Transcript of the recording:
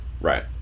Right